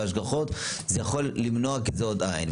וההשגחה יכול למנוע טעות כי זה עוד זוג עיניים.